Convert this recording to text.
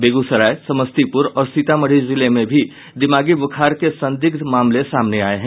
बेगूसराय समस्तीपुर और सीतामढ़ी जिले में भी दिमागी बुखार के संदिग्ध मामले सामने आये हैं